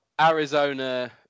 Arizona